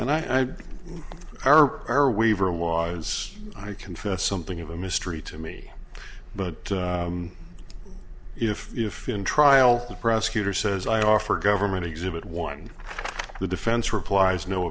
our are we ever was i confess something of a mystery to me but if if in trial the prosecutor says i offer government exhibit one the defense replies no